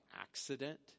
accident